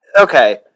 okay